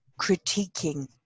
critiquing